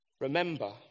Remember